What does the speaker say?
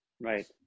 right